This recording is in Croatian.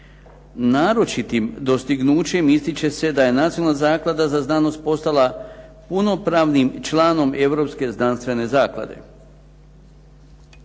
Naročitim dostignućem ističe se da je Nacionalna zaklada za znanost postala punopravnim članom Europske znanstvene zaklade.